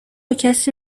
کسی